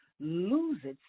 loses